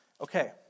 Okay